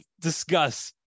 discuss